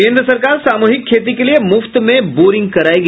केंद्र सरकार सामूहिक खेती के लिये मुफ्त में बोरिंग करायेगी